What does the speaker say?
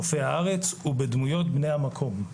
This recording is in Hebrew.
נופי הארץ ובדמויות בני המקום.